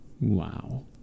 Wow